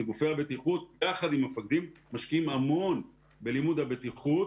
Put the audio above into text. אלה גופי הבטיחות יחד עם המפקדים בלימוד הבטיחות